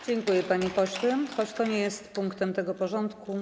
Dziękuję, panie pośle, choć to nie jest punktem tego porządku.